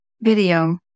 Video